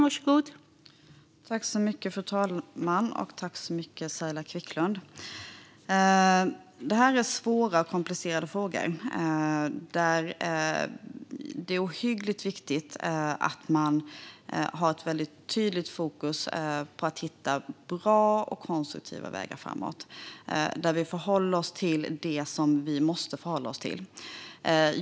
Fru talman! Det här är svåra och komplicerade frågor. Det är ohyggligt viktigt att man har ett väldigt tydligt fokus på att hitta bra och konstruktiva vägar framåt, där vi förhåller oss till det som vi måste förhålla oss till.